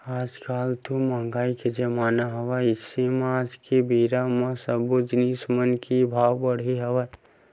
आज कल तो मंहगाई के जमाना हवय अइसे म आज के बेरा म सब्बो जिनिस मन के भाव बड़हे हवय